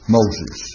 Moses